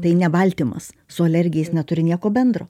tai ne baltymas su alergija neturi nieko bendro